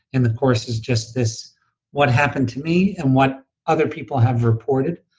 and the course is just this what happened to me and what other people have reported.